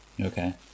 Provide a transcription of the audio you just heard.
Okay